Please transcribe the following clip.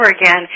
again